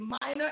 minor